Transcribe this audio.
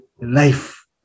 life